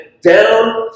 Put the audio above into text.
down